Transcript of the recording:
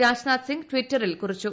രാജ്നാഥ് സിംഗ് ടിറ്ററിൽ കുറിച്ചു